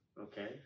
Okay